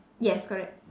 yes correct